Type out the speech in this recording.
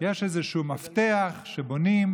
יש איזשהו מפתח שבונים,